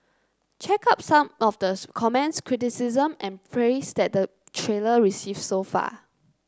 check out some of the comments criticism and praise that the trailer receive so far